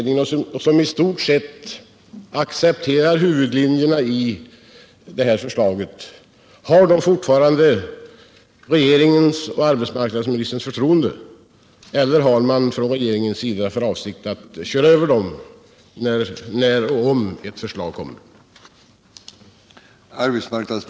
nadsministerns förtroende, eller har regeringen för avsikt att köra över dem när och om ett förslag läggs fram?